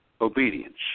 obedience